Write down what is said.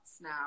now